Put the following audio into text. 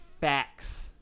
facts